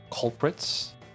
culprits